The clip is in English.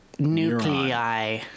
Nuclei